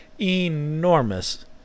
enormous